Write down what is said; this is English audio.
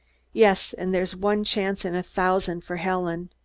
yes! and there's one chance in a thousand for helen.